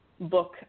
book